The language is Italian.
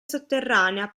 sotterranea